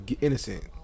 innocent